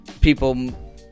People